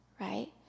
right